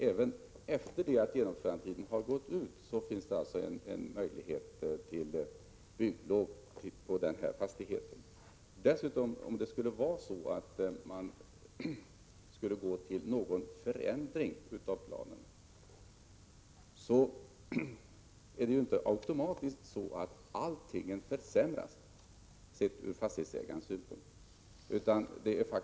Även efter det att genomförandetiden har gått ut finns möjlighet till bygglov för fastigheten. Om det sker någon förändring av planen är det inte automatiskt så att allting försämras, sett ur fastighetsägarens synpunkt.